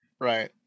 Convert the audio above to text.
right